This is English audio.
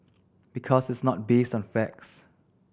because it's not based on facts